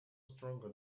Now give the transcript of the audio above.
stronger